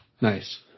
Nice